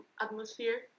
atmosphere